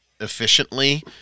efficiently